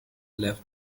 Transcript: left